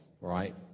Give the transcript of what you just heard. right